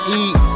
eat